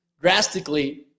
drastically